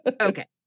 Okay